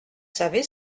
savez